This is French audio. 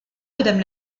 madame